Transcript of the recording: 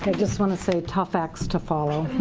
just want to say, tough acts to follow.